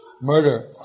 murder